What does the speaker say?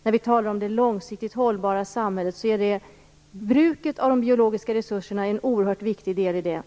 När vi talar om det långsiktigt hållbara samhället är bruket av de biologiska resurserna en oerhört viktig del.